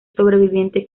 sobreviviente